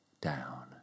down